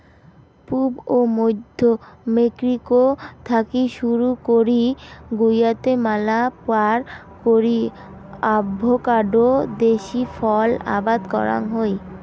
পুব ও মইধ্য মেক্সিকো থাকি শুরু করি গুয়াতেমালা পার করি অ্যাভোকাডো দেশী ফল আবাদ করাং হই